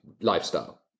lifestyle